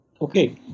Okay